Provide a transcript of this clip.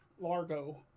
Largo